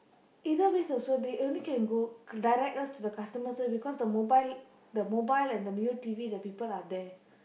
either ways also they only can go direct us to the customer service because the mobile the mobile and the Mio T_V the people are there